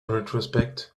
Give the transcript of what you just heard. retrospect